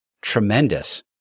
tremendous